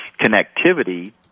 connectivity